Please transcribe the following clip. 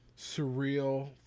surreal